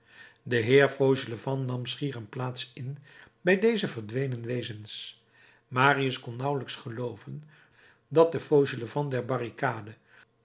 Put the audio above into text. de heer fauchelevent nam schier een plaats in bij deze verdwenen wezens marius kon nauwelijks gelooven dat de fauchelevent der barricade